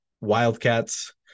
Wildcats